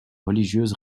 religieuse